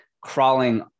crawling